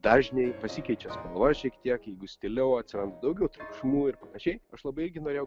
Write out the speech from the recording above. dažniai pasikeičia spalva šiek tiek jeigu jis tyliau atsiranda daugiau triukšmų ir panašiai aš labai irgi norėjau